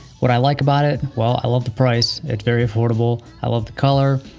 what i like about it, well i love the price, it's very affordable. i love the color.